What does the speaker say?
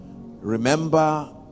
remember